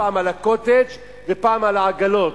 פעם על ה"קוטג'" ופעם על העגלות,